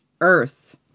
earth